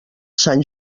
sant